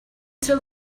till